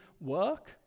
work